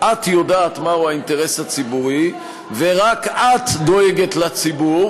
את יודעת מהו האינטרס הציבורי ורק את דואגת לציבור